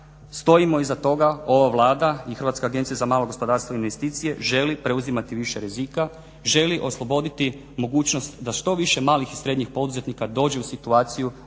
stojimo iza toga ova Vlada i Hrvatska agencija za malo gospodarstvo i investicije želi preuzimati više rizika, želi osloboditi mogućnost da što više malih i srednjih poduzetnika dođe u situaciju